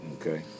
Okay